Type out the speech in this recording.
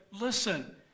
listen